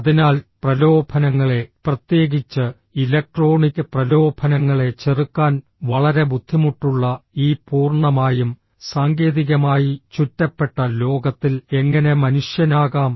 അതിനാൽ പ്രലോഭനങ്ങളെ പ്രത്യേകിച്ച് ഇലക്ട്രോണിക് പ്രലോഭനങ്ങളെ ചെറുക്കാൻ വളരെ ബുദ്ധിമുട്ടുള്ള ഈ പൂർണ്ണമായും സാങ്കേതികമായി ചുറ്റപ്പെട്ട ലോകത്തിൽ എങ്ങനെ മനുഷ്യനാകാം